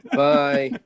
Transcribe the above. bye